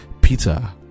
peter